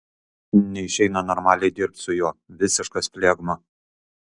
neišeina normaliai dirbt su juo visiškas flegma